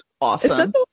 awesome